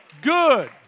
good